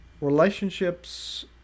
Relationships